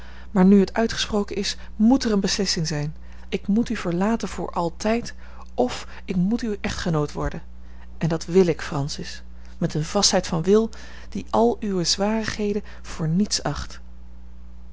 maar nu het uitgesproken is moet er eene beslissing zijn ik moet u verlaten voor altijd of ik moet uw echtgenoot worden en dat wil ik francis met eene vastheid van wil die al uwe zwarigheden voor niets acht